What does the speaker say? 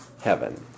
heaven